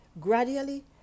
Gradually